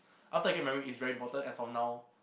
after I get married it's very important as of now